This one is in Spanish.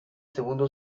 segundo